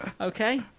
okay